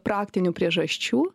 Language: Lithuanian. praktinių priežasčių